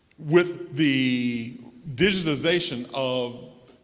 with the digitization of